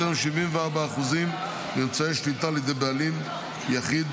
מ-74% מאמצעי שליטה על ידי בעלים יחיד,